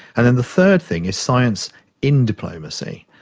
and then the third thing is science in diplomacy.